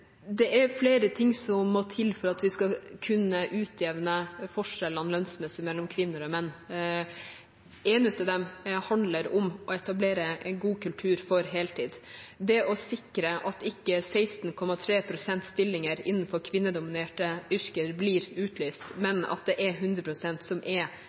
Det er flere ting som må til for at vi skal kunne utjevne forskjellene lønnsmessig mellom kvinner og menn. En av dem handler om å etablere en god kultur for heltid – det å sikre at ikke 16,3 pst.-stillinger innenfor kvinnedominerte yrker blir utlyst, men at det er 100 pst. som er